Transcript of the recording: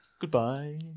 Goodbye